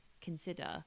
consider